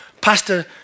Pastor